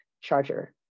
charger